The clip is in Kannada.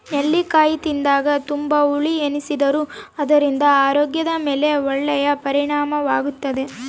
ನೆಲ್ಲಿಕಾಯಿ ತಿಂದಾಗ ತುಂಬಾ ಹುಳಿ ಎನಿಸಿದರೂ ಅದರಿಂದ ಆರೋಗ್ಯದ ಮೇಲೆ ಒಳ್ಳೆಯ ಪರಿಣಾಮವಾಗುತ್ತದೆ